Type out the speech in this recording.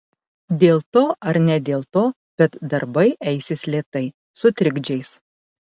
dėl to ar ne dėl to bet darbai eisis lėtai su trikdžiais